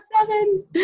Seven